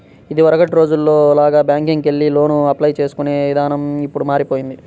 ఇదివరకటి రోజుల్లో లాగా బ్యేంకుకెళ్లి లోనుకి అప్లై చేసుకునే ఇదానం ఇప్పుడు మారిపొయ్యింది